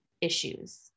issues